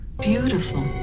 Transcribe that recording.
Beautiful